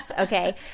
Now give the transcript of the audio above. Okay